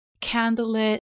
candlelit